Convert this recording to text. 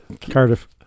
Cardiff